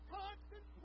constant